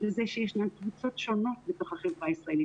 לזה שישנן קבוצות שונות בתוך החברה הישראלית,